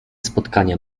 spotkania